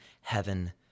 heaven